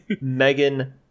Megan